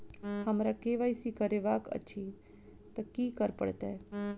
हमरा केँ Y C करेवाक अछि तऽ की करऽ पड़तै?